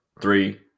three